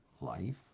life